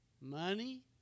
money